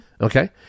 okay